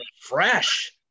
fresh